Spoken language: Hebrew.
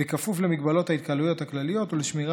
בכפוף למגבלות ההתקהלויות הכלליות ולשמירה